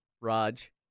Raj